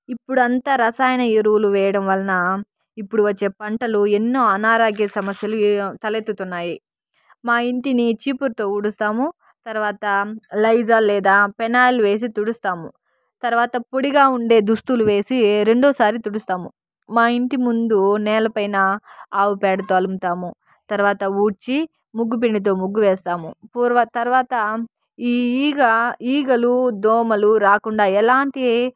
ఇప్పుడు అంతా రసాయన ఎరువులు వేయడం వలన ఇప్పుడు వచ్చే పంటలు ఎన్నో అనారోగ్య సమస్యలు తలెత్తుతున్నాయి మా ఇంటిని చీపురుతో ఊడుస్తాము తర్వాత లైజర్ లేదా పెనాయిల్ వేసి తుడుస్తాము తర్వాత పొడిగా ఉండే దుస్తులు వేసి రెండోసారి తుడుస్తాము మా ఇంటి ముందు నేలపైన ఆవు పేడతో అలుకుతాము తర్వాత ఊడ్చి ముగ్గు పిండితో ముగ్గు వేస్తాము పూర్వ తర్వాత ఈ ఈగ ఈగలు దోమలు రాకుండా ఎలాంటి